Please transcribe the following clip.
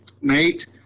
Nate